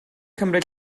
cymryd